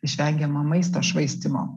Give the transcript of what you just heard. išvengiama maisto švaistymo